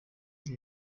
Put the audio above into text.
iri